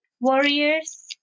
warriors